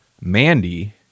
Mandy